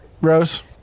Rose